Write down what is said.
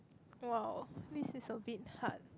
!wow! this is a bit hard